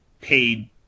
paid